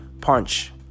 punch